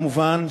כמובן,